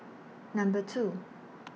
Number two